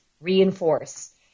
reinforce